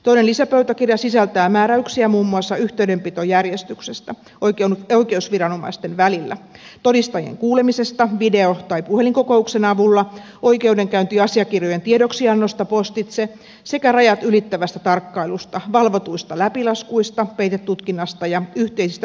toinen lisäpöytäkirja sisältää määräyksiä muun muassa yhteydenpitojärjestyksestä oikeusviranomaisten välillä todistajien kuulemisesta video tai puhelinkokouksen avulla oikeudenkäyntiasiakirjojen tiedoksiannosta postitse sekä rajat ylittävästä tarkkailusta valvotuista läpilaskuista peitetutkinnasta ja yhteisistä tutkintaryhmistä